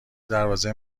دروازه